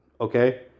okay